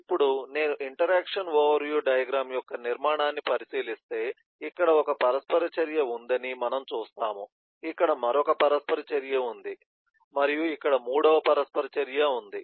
ఇప్పుడు నేను interaction overview diagram యొక్క నిర్మాణాన్ని పరిశీలిస్తే ఇక్కడ ఒక పరస్పర చర్య ఉందని మనం చూస్తాము ఇక్కడ మరొక పరస్పర చర్య ఉంది మరియు ఇక్కడ మూడవ పరస్పర చర్య ఉంది